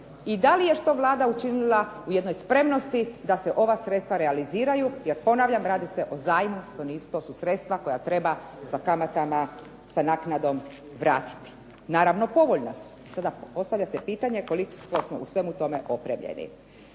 i da li je Vlada što učinila u jednoj spremnosti da se ova sredstva realiziraju. Jer ponavljam radi se o zajmu, to su sredstva koja treba sa kamatama, sa naknadom vratiti. Naravno povoljna su. Sada se postavlja pitanje koliko smo u svemu tome opremljeni.